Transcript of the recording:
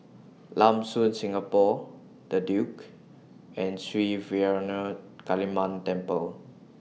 Lam Soon Singapore The Duke and Sri Vairavimada Kaliamman Temple